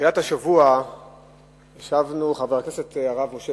בתחילת השבוע ישבנו חבר הכנסת הרב משה